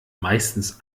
meistens